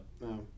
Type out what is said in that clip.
No